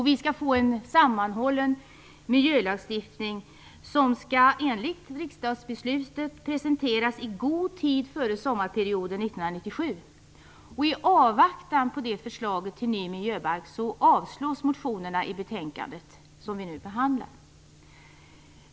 Vi skall få en sammanhållen miljölagstiftning, som enligt riksdagsbeslutet, skall presenteras i god tid före sommaren 1997. I avvaktan på förslaget till ny miljöbalk avslås motionerna i det betänkande som vi nu behandlar.